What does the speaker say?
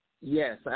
Yes